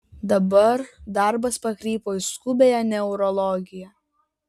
dabar darbas pakrypo į skubiąją neurologiją